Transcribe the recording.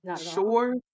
Sure